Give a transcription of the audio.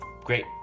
great